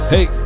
Hey